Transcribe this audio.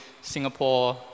Singapore